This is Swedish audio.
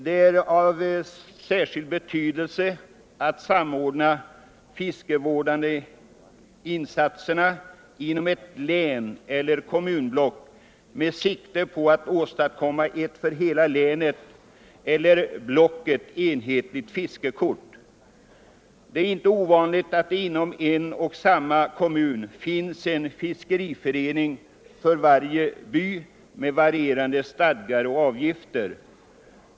Det är av särskild betydelse att samordna de fiskevårdande insatserna inom ett län eller kommunblock med sikte på att åstadkomma ett för hela länet eller blocket enhetligt fiskekort. Det är inte ovanligt att inom en och samma kommun finns en fiskeförening för varje by med varierande stadgar och avgifter.